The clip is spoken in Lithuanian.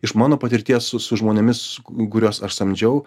iš mano patirties su su žmonėmis kuriuos aš samdžiau